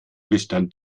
bestand